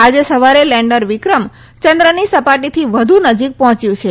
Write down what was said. આજે સવારે લેન્ડર વિક્રમ ચંદ્રની સપાટીથી વધુ નજીક પહોચ્યું છે